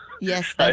Yes